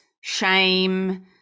shame